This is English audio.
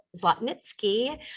Zlatnitsky